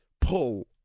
pull